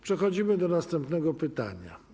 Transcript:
Przechodzimy do następnego pytania.